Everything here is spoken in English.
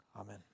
Amen